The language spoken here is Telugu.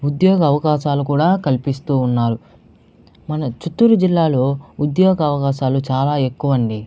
ఉద్యోగ అవకాశాలు కూడా కల్పిస్తూ ఉన్నారు మన చిత్తూరు జిల్లాలో ఉద్యోగ అవకాశాలు చాలా ఎక్కువ అండి